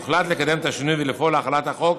הוחלט לקדם את השינוי ולפעול להחלת החוק